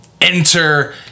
Enter